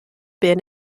been